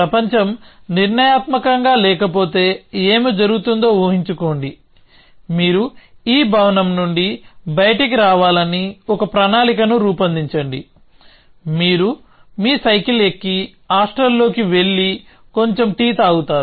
ప్రపంచం నిర్ణయాత్మకంగా లేకపోతే ఏమి జరుగుతుందో ఊహించుకోండి మీరు ఈ భవనం నుండి బయటికి రావాలని ఒక ప్రణాళిక ను రూపొందించండి మీరు మీ సైకిల్ ఎక్కి హాస్టల్కి వెళ్లి కొంచెం టీ తాగుతారు